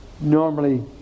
normally